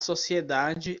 sociedade